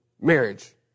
marriage